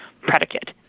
predicate